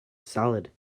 salad